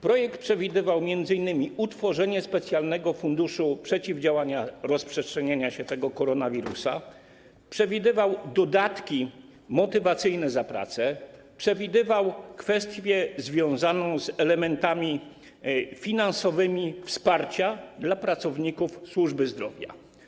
Projekt przewidywał m.in. utworzenie specjalnego funduszu przeciwdziałania rozprzestrzenianiu się tego koronawirusa, przewidywał dodatki motywacyjne za pracę, przewidywał kwestię związaną z elementami finansowego wsparcia dla pracowników służby zdrowia.